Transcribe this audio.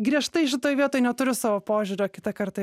griežtai šitoj vietoj neturiu savo požiūrio kitą kartą